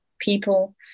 people